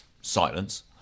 silence